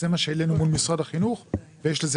זה מה שהעלינו מול משרד החינוך ויש לזה